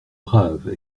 brave